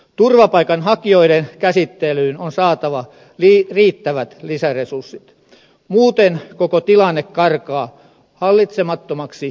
turvapaikanhakijoiden käsittelyyn on saatava riittävät lisäresurssit muuten koko tilanne karkaa hallitsemattomaksi kriisiksi